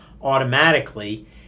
automatically